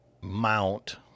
mount